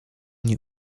nie